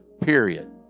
period